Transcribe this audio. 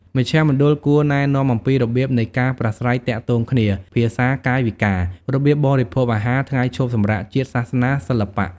មជ្ឈមណ្ឌលគួរណែនាំអំពីរបៀបនៃការប្រាស្រ័យទាក់ទងគ្នា (ភាសាកាយវិការ) របៀបបរិភោគអាហារ ថ្ងៃឈប់សម្រាកជាតិ សាសនា សិល្បៈ។